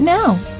Now